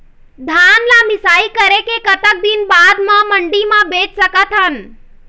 धान ला मिसाई कराए के कतक दिन बाद मा मंडी मा बेच सकथन?